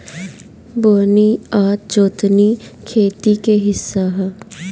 बोअनी आ जोतनी खेती के हिस्सा ह